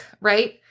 Right